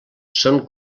són